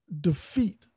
defeat